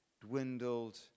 dwindled